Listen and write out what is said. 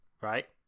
right